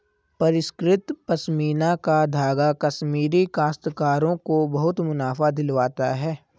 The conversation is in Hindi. परिष्कृत पशमीना का धागा कश्मीरी काश्तकारों को बहुत मुनाफा दिलवाता है